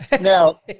Now